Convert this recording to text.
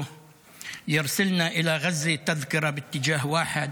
שלו ואמר שהוא רוצה לשלוח אותנו לעזה עם כרטיס לכיוון אחד,